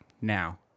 now